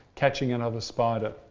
catching another spider.